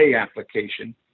application